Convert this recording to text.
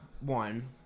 one